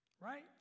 Right